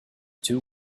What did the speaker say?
two